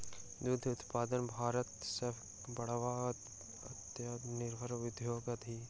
दूध उत्पादन भारतक सभ सॅ बड़का आत्मनिर्भर उद्योग अछि